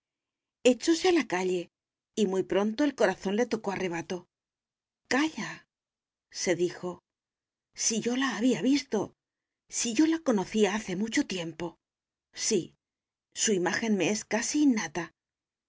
echóse a la calle y muy pronto el corazón le tocó a rebato callase dijo si yo la había visto si yo la conocía hace mucho tiempo sí su imagen me es casi innata